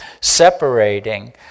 separating